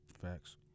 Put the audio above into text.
Facts